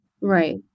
Right